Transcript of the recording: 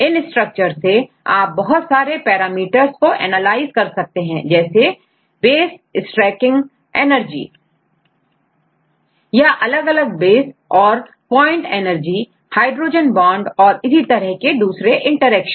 इन structure से आप बहुत सारे पैरामीटर्स को एनालाइज कर सकते हैं जैसे base stacking energy stacking energy या अलग अलग बेस और base point energy point energy hydrogen bond और इसी तरह के दूसरे इंटरेक्शन